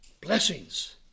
Blessings